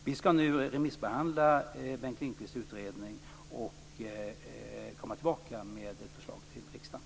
Vi skall nu remissbehandla Bengt Lindqvists utredning och komma tillbaka med ett förslag till riksdagen.